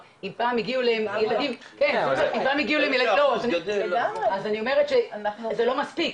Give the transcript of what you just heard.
אם פעם הגיעו אליהם ילדים --- אז אני אומרת שזה לא מספיק,